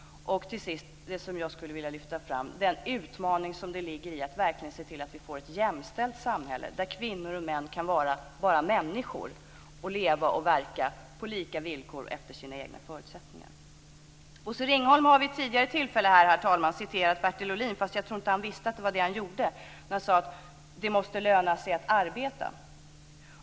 Till sist skulle jag vilja lyfta fram den utmaning som ligger i att verkligen se till att vi får ett jämställt samhälle där kvinnor och män kan vara bara människor och leva och verka på lika villkor efter sina egna förutsättningar. Bosse Ringholm har vid ett tidigare tillfälle här citerat Bertil Ohlin. Men jag tror inte att han visste att det var det han gjorde när han sade att det måste löna sig att arbeta.